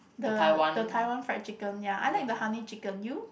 the the Taiwan fried chicken ya I like the honey chicken you